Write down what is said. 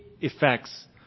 effects